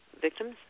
victims